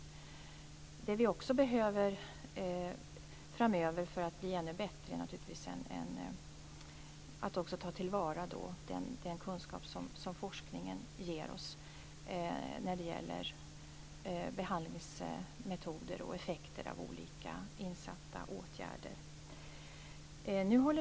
Något som vi också framgent behöver för att bli ännu bättre är att ta till vara sådan kunskap som forskningen ger oss om behandlingsmetoder och effekter av olika åtgärder.